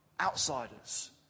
outsiders